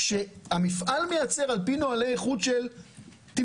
כאשר המפעל מייצר על פי נוהלי איכות של טימבקטו,